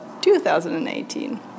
2018